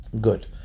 Good